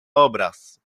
obraz